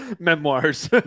memoirs